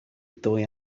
ddwy